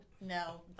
no